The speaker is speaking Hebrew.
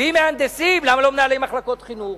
ואם מהנדסים, למה לא מנהלי מחלקות חינוך?